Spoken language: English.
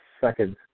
seconds